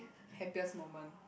happiest moment